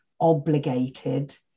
obligated